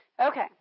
Okay